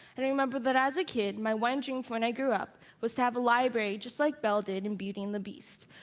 i remember that as a kid, my one dream for when i grew up was to have a library just like belle did in beauty and the beast,